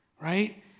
right